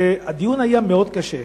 הדיון היה מאוד קשה.